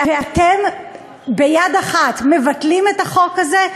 ואתם ביד אחת מבטלים את החוק הזה.